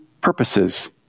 purposes